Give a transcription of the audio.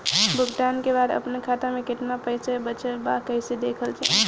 भुगतान के बाद आपन खाता में केतना पैसा बचल ब कइसे देखल जाइ?